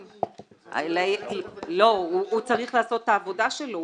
הוא צריך לעשות את העבודה שלו,